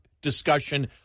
discussion